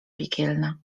piekielna